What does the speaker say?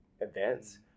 events